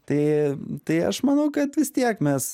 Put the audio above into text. tai tai aš manau kad vis tiek mes